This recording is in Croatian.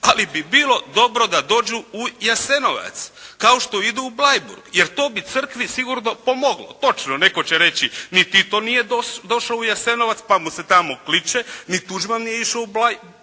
Ali bi bilo dobro da dođu u Jasenovac kao što idu u Beliburg. Jer to bi Crkvi sigurno pomoglo. Točno. Netko će reći, ni Tito nije došao u Jasenovac, pa mu se tamo kliče, ni Tuđman nije išao u Bleiburg,